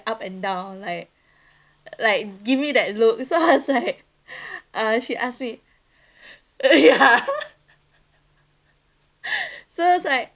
up and down like like give me that look so I was like uh she ask me ya so it's like